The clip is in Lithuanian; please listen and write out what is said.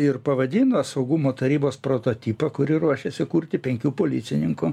ir pavadino saugumo tarybos prototipą kurį ruošėsi kurti penkių policininkų